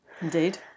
Indeed